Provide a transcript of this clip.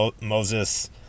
moses